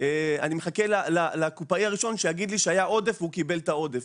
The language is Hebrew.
אני מחכה לקופאי הראשון שיגיד לי שהיה עודף והוא קיבל את העודף.